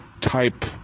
type